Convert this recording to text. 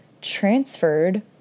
transferred